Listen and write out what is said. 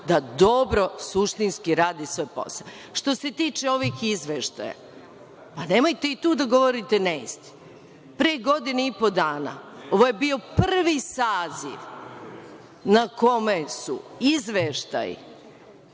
da dobro suštinski radi svoj posao. Što se tiče ovih izveštaja, nemojte i tu da govorite neistine. Pre godinu i po dana, ovo je bio prvi saziv na kome su izveštaji